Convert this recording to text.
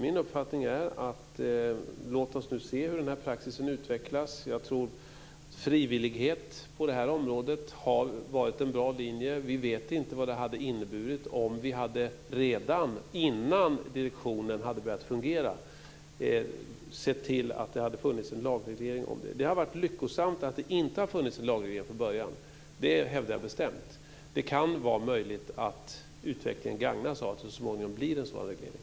Min uppfattning är att vi ska se hur den här praxisen utvecklas. Jag tror att frivillighet på det här området har varit en bra linje. Vi vet inte vad det hade inneburit om vi redan innan direktionen hade börjat fungera hade sett till att det hade funnits en lagreglering. Det har varit lyckosamt att det inte har funnits en lagreglering från början - det hävdar jag bestämt. Men det kan vara möjligt att utvecklingen gagnas av att det så småningom blir en sådan reglering.